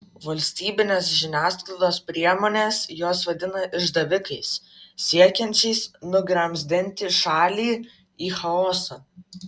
valstybinės žiniasklaidos priemonės juos vadina išdavikais siekiančiais nugramzdinti šalį į chaosą